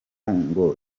ngo